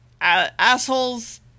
assholes